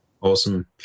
Awesome